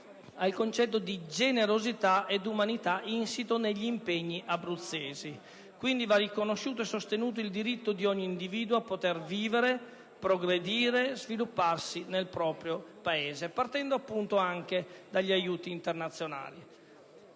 al concetto di generosità ed umanità insito negli impegni "abruzzesi". Quindi va riconosciuto e sostenuto il diritto di ogni individuo a poter vivere, progredire e svilupparsi nel proprio Paese partendo anche dagli aiuti internazionali.